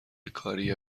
کاریه